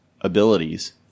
abilities